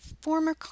former